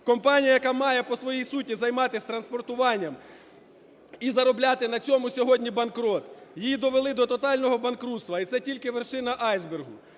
Компанія, яка має по своїй суті займатись транспортуванням і заробляти на цьому, сьогодні банкрут, її довели до тотального банкрутства, і це тільки вершина айсбергу.